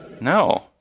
No